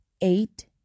eight